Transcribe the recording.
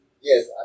yes